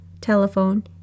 telephone